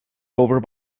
over